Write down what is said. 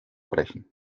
brechen